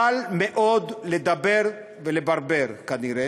קל מאוד לדבר, ולברבר, כנראה.